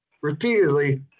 repeatedly